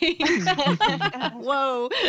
Whoa